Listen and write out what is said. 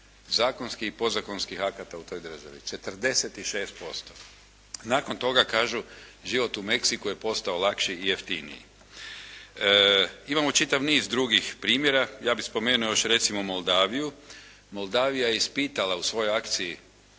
zakonskih i podzakonskih akata u toj državi. 46%! Nakon toga kažu život u Mexicu je postao lakši i jeftiniji. Imamo čitav niz drugih primjera, ja bih spomenuo još recimo Moldaviju. Moldavija je ispitala u svojoj akciji